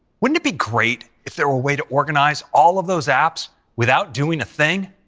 wouldn't it be great it there were a way to organize all of those apps without doing a thing?